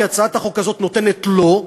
כי הצעת החוק הזאת נותנת לו,